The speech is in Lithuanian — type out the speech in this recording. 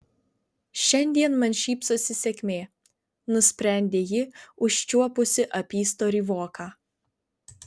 šiandien man šypsosi sėkmė nusprendė ji užčiuopusi apystorį voką